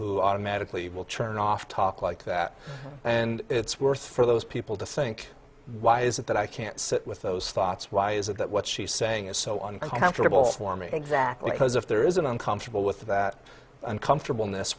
who automatically will turn off talk like that and it's worse for those people to sink why is it that i can't sit with those thoughts why is it that what she's saying is so on accountable for me exactly because if there is an uncomfortable with that uncomfortable